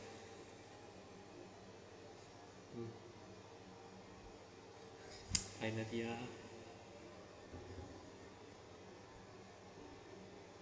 mm finally ah